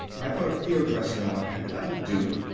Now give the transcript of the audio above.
i put a field dressing on, that'll do.